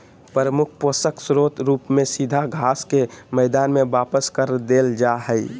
प्रमुख पोषक स्रोत रूप में सीधा घास के मैदान में वापस कर देल जा हइ